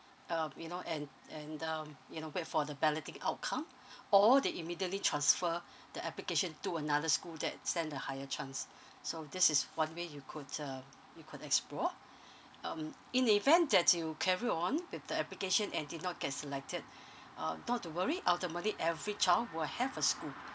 um you know and and um you know wait for the balloting outcome or they immediately transfer the application to another school that stand a higher chance so this is one way you could uh you could explore um in the event that you carry on with the application and did not get selected uh not to worry ultimately every child will have a school